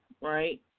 right